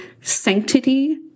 sanctity